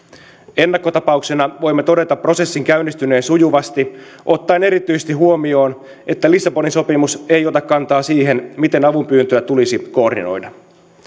ennakkotapauksena voimme todeta prosessin käynnistyneen sujuvasti ottaen erityisesti huomioon että lissabonin sopimus ei ota kantaa siihen miten avunpyyntöä tulisi koordinoida